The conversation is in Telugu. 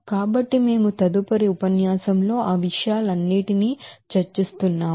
కాబట్టి మేము తదుపరి ఉపన్యాసంలో ఆ విషయాలన్నింటినీ చర్చిస్తున్నాము